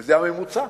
וזה הממוצע.